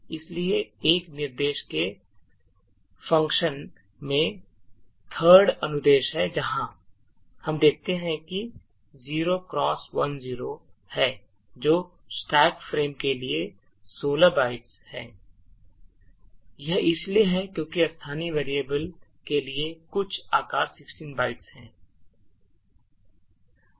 इसलिए इस निर्देश के function में 3rd अनुदेश है जहां हम देखते हैं कि 0x10 हैं जो स्टैक फ्रेम के लिए 16 bytes हैं यह इसलिए है क्योंकि स्थानीय वेरिएबल के लिए कुल आकार 16 bytes है